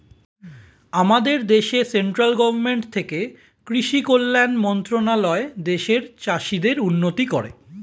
আমাদের দেশে central government থেকে কৃষি কল্যাণ মন্ত্রণালয় দেশের চাষীদের উন্নতি করে